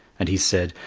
and he said,